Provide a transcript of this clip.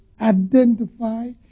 identify